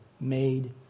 Made